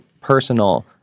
personal